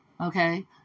Okay